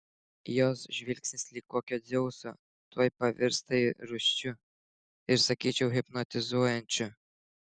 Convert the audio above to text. jos žvilgsnis lyg kokio dzeuso tuoj pavirsta rūsčiu ir sakyčiau hipnotizuojančiu